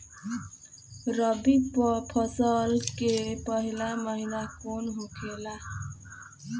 रबी फसल के पहिला महिना कौन होखे ला?